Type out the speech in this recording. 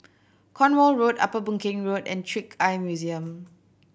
Cornwall Road Upper Boon Keng Road and Trick Eye Museum